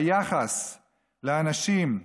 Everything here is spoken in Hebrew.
היחס לאנשים,